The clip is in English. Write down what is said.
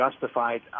justified